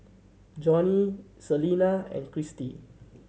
Johney Celina and Cristi